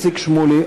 איציק שמולי,